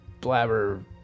Blabber